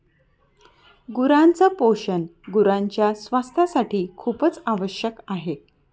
गुरांच पोषण गुरांच्या स्वास्थासाठी खूपच आवश्यक आहे